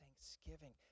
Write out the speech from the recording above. thanksgiving